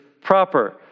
proper